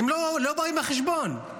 הם לא באים בחשבון.